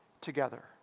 together